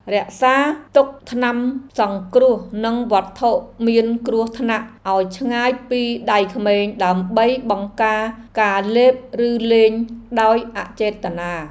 រក្សាទុកថ្នាំសង្គ្រោះនិងវត្ថុមានគ្រោះថ្នាក់ឱ្យឆ្ងាយពីដៃក្មេងដើម្បីបង្ការការលេបឬលេងដោយអចេតនា។